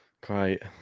Great